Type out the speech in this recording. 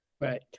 Right